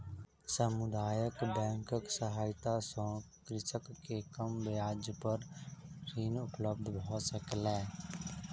समुदाय बैंकक सहायता सॅ कृषक के कम ब्याज पर ऋण उपलब्ध भ सकलै